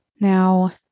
Now